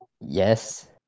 Yes